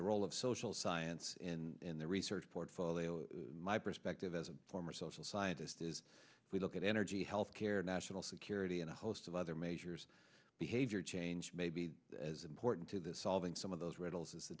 the role of social science in the research portfolio my perspective as a former social scientist is we look at energy health care national security and a host of other measures behavior change may be as important to the solving some of those riddles as